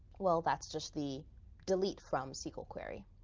well that's just the delete from sql query.